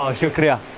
ah shukeriya,